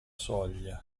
soglia